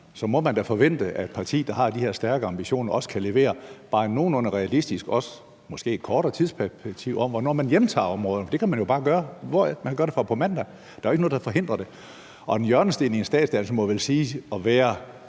man må da forvente, at et parti, der har de her stærke ambitioner, også kan levere et bare nogenlunde realistisk bud på – måske også i et kortere tidsperspektiv – hvornår man hjemtager områderne, for det kan man jo bare gøre. Man kan gøre det fra på mandag; der er jo ikke noget, der forhindrer det. Og en hjørnesten i en statsdannelse må vel siges at være